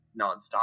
nonstop